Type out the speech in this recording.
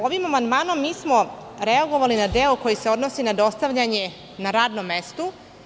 Ovim amandmanom smo reagovali na deo koji se odnosi na dostavljanje na radnom mestu.